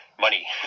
money